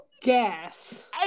guess